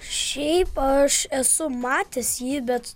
šiaip aš esu matęs jį bet